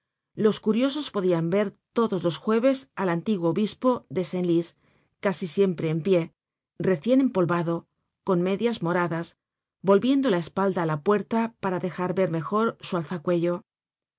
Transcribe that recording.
los curiosos podian ver todos los jueves al antiguo obispo de senlis casi siempre en pie recien empolvado con medias moradas volviendo la espalda á la puerta para dejar ver mejor su